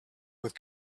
with